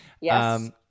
Yes